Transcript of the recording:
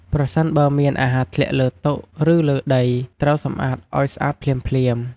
ប្រសិនបើមានអាហារធ្លាក់លើតុ ឬលើដី ត្រូវសំអាតអោយស្អាតភ្លាមៗ។